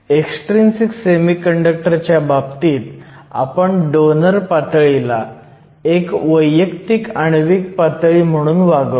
extrinsic semiconductor च्या बाबतीत आपण डोनर पातळीला एक वैयक्तिक आण्विक पातळी म्हणून वागवतो